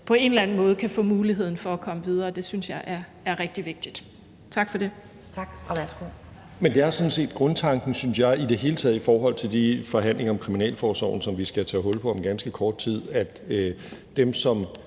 på en eller anden måde kan få muligheden for at komme videre. Det synes jeg er rigtig vigtigt. Tak for det.